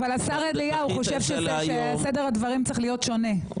אבל השר אליהו חושב שסדר הדברים צריך להיות שונה.